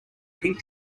pink